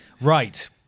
Right